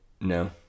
No